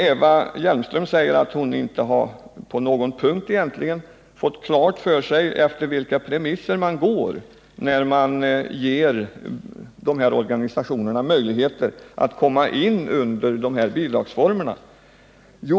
Eva Hjelmström säger att hon egentligen inte på någon punkt fått klart för sig efter vilka premisser man låter ungdomsorganisationerna komma in under de här bidragsformerna.